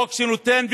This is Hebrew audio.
חוק שנותן,